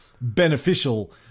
beneficial